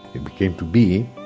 he became to be,